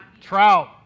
trout